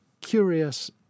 curious